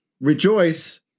Rejoice